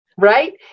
right